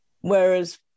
Whereas